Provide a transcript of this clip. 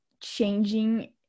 changing